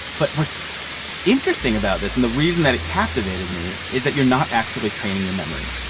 but what's interesting about this and the reason that it captivated me is that you're not actually training your memory.